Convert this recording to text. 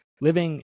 living